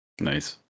Nice